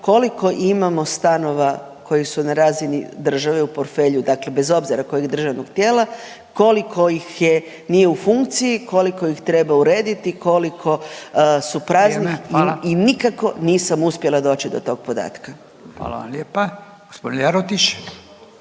koliko imamo stanova koji su na razini države u portfelju dakle bez obzira kojeg državnog tijela, koliko ih nije u funkciji, koliko ih treba urediti i koliko su prazni … …/Upadica Furio Radin: Vrijeme, hvala./… … i nikako